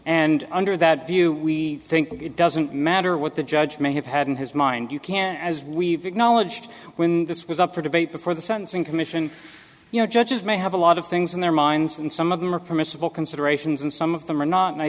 and under that view we think it doesn't matter what the judge may have had in his mind you can as we've acknowledged when this was up for debate before the sentencing commission you know judges may have a lot of things in their minds and some of them are permissible considerations and some of them are not and i